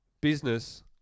business